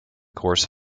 course